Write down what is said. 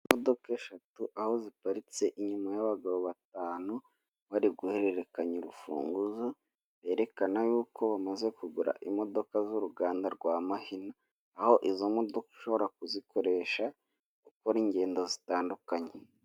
Imodoka eshatu, aho ziparitse inyuma y'abagabo batanu bari guhererekanya urufunguzo, byerekana yuko bamaze kugura imodoka z'uruganda rwa Mahina, aho izo modoka ushobora kuzikoresha ukora ingendo zitandukanye.